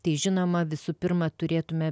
tai žinoma visų pirma turėtume